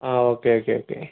ആ okay okay okay